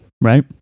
right